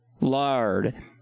lard